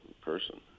person